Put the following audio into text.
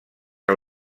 que